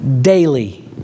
daily